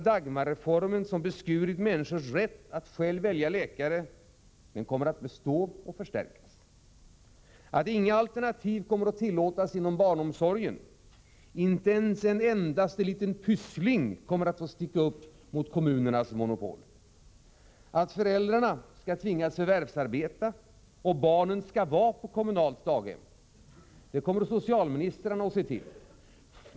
Dagmarreformen, som beskurit människors rätt att själv välja läkare, kommer att bestå och förstärkas. — att inga alternativ kommer att tillåtas inom barnomsorgen. Inte ens en endaste liten Pyssling kommer att få sticka upp mot kommunernas monopol. — att föräldrarna kommer att tvingas förvärvsarbeta och barnen vara på kommunalt daghem. Det skall socialministrarna se till.